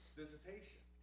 visitation